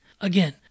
Again